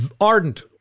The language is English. ardent